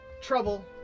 trouble